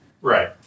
Right